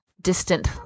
distant